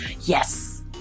Yes